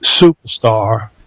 superstar